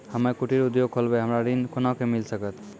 हम्मे कुटीर उद्योग खोलबै हमरा ऋण कोना के मिल सकत?